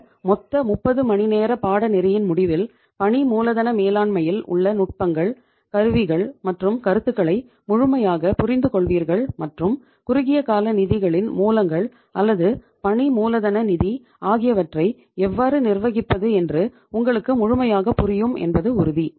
இந்த மொத்த முப்பது மணி நேர பாடநெறியின் முடிவில் பணி மூலதன மேலாண்மையில் உள்ள நுட்பங்கள் கருவிகள் மற்றும் கருத்துக்களை முழுமையாக புரிந்து கொள்வீர்கள் மற்றும் குறுகிய கால நிதிகளின் மூலங்கள் அல்லது பணி மூலதன நிதி ஆகியவற்றை எவ்வாறு நிர்வகிப்பது என்று உங்களுக்கு முழுமையாக புரியும் என்பது உறுதி